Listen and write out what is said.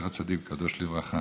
זכר צדיק וקדוש לברכה.